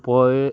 पय